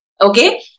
Okay